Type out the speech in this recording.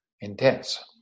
intense